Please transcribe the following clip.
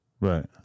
Right